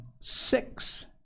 six